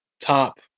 top